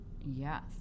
yes